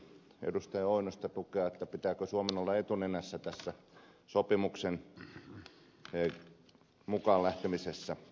pentti oinosta tukea että pitääkö suomen olla etunenässä tässä sopimukseen mukaan lähtemisessä